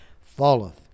falleth